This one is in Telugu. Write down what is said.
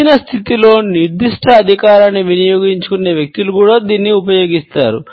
ఇచ్చిన స్థితిలో నిర్దిష్ట అధికారాన్ని వినియోగించుకునే వ్యక్తులు కూడా దీనిని ఉపయోగిస్తారు